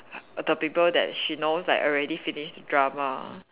the people that she knows like already finish the drama